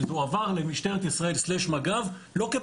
זה הועבר למשטרת ישראל/מג"ב לא כפיילוט אלא כי הועבר.